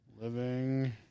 Living